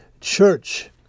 church